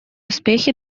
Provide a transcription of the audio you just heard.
успехи